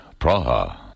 Praha